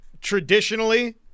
traditionally